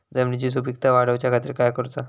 जमिनीची सुपीकता वाढवच्या खातीर काय करूचा?